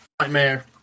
Nightmare